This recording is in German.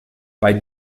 bei